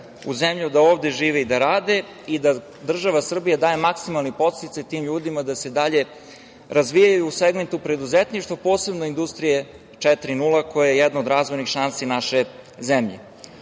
u zemlju, da ovde žive i da rade i da država Srbija daje maksimalni podsticaj tim ljudima da se dalje razvijaju u segmentu preduzetništva, posebno industrije, 4.0. koja je razvojna šansa naše zemlje. Svega